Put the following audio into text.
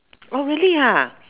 oh really